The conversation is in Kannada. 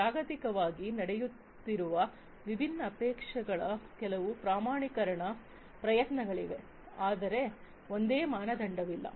ಜಾಗತಿಕವಾಗಿ ನಡೆಯುತ್ತಿರುವ ವಿಭಿನ್ನ ಅಪೇಕ್ಷೆಗಳ ಕೆಲವು ಪ್ರಮಾಣೀಕರಣ ಪ್ರಯತ್ನಗಳಿವೆ ಆದರೆ ಒಂದೇ ಮಾನದಂಡವಿಲ್ಲ